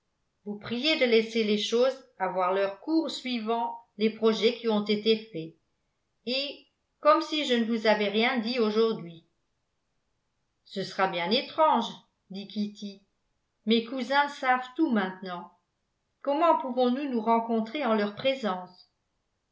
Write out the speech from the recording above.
vous prier de laisser les choses avoir leur cours suivant les projets qui ont été faits et comme si je ne vous avais rien dit aujourd'hui ce sera bien étrange dit kitty mes cousins savent tout maintenant comment pouvons-nous nous rencontrer en leur présence